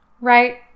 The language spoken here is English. Right